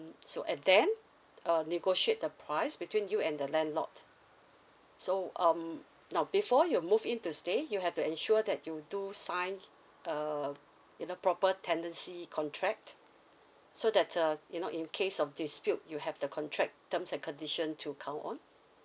so and then uh negotiate the price between you and the landlord so um now before you move in to stay you have to ensure that you do sign uh you know proper tenancy contract so that uh you know in case of dispute you have the contract terms and condition to count on